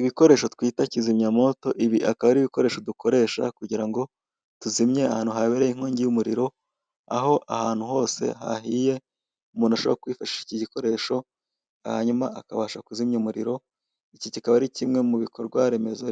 Inkweto zitondetse zigerekeranye mu mirongo itatu zifite amabara agiye atandukanye. Inyinshi murizo ziganjemo amabara y'ubururu ndetse n'umweru hari n'izifite amabara y'umukara ndetse